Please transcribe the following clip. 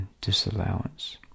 disallowance